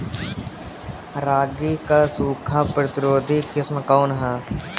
रागी क सूखा प्रतिरोधी किस्म कौन ह?